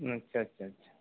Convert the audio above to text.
হুম আচ্ছা আচ্ছা আচ্ছা